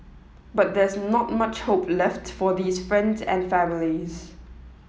but there's not much hope left for these friends and families